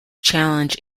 challenge